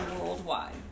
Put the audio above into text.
worldwide